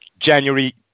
january